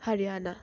Haryana